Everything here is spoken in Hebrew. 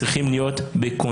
צריכים להיות בקונצנזוס,